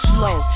Slow